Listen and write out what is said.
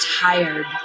tired